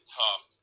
tough